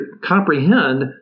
comprehend